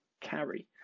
carry